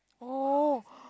oh